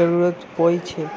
जरुरत पोर छे